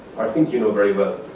or think you know very well.